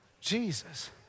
Jesus